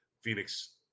Phoenix